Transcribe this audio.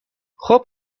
خوب